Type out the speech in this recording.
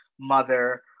mother